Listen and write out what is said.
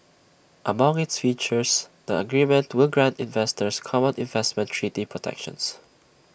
among its features the agreement will grant investors common investment treaty protections